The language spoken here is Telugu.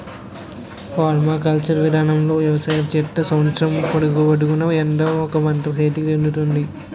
పర్మాకల్చర్ విధానములో వ్యవసాయం చేత్తే సంవత్సరము పొడుగునా ఎదో ఒక పంట సేతికి అందుతాది